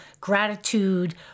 gratitude